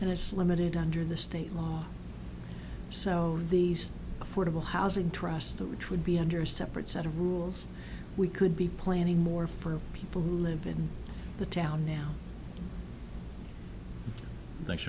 limited under the state law so the affordable housing trust which would be under separate set of rules we could be planning more for people who live in the town now